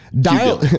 dial